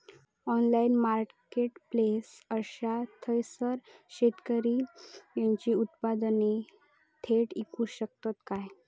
Online marketplace असा थयसर शेतकरी त्यांची उत्पादने थेट इकू शकतत काय?